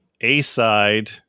A-side